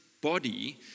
body